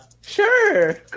Sure